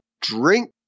drink